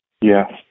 Yes